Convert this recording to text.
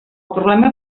problema